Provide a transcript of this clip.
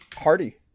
Hardy